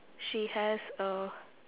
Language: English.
she has a